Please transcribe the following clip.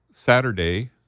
Saturday